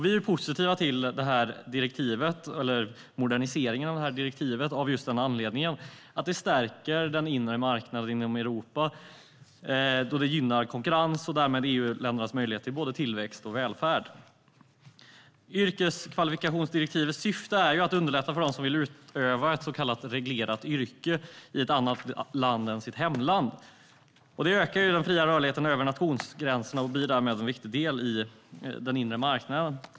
Vi är positiva till moderniseringen av direktivet av just den anledningen - att det stärker den inre marknaden inom Europa då det gynnar konkurrens och därmed EU-ländernas möjlighet till både tillväxt och välfärd. Yrkeskvalifikationsdirektivets syfte är att underlätta för dem som vill utöva ett så kallat reglerat yrke i ett annat land än sitt hemland. Det ökar den fria rörligheten över nationsgränserna och blir därmed en viktig del av den inre marknaden.